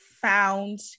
found